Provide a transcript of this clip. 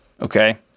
okay